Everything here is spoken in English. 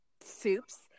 soups